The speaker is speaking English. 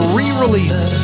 re-release